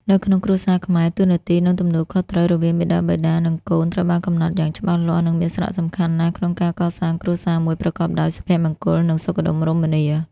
នៅក្នុងគ្រួសារខ្មែរ តួនាទី និងទំនួលខុសត្រូវ រវាងមាតាបិតា និងកូន ត្រូវបានកំណត់យ៉ាងច្បាស់លាស់ និងមានសារៈសំខាន់ណាស់ក្នុងការកសាងគ្រួសារមួយប្រកបដោយសុភមង្គល និងសុខដុមរមនា។